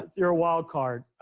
you're a wild card.